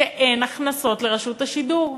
שאין הכנסות לרשות השידור.